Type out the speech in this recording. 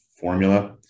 formula